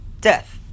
death